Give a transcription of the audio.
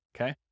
okay